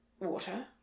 water